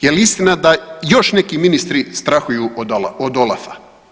Je li istina da još neki ministri strahuju od OLAF-a?